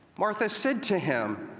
martha said to him,